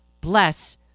Bless